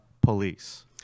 police